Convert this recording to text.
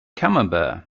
camembert